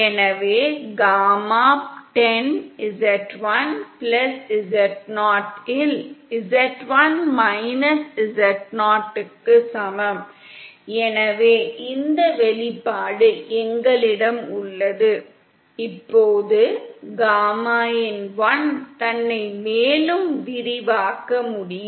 எனவே gamma 10 z1 z0 இல் z1 z0 க்கு சமம் எனவே இந்த வெளிப்பாடு எங்களிடம் உள்ளது இப்போது காமா இன் 1 தன்னை மேலும் விரிவாக்க முடியும்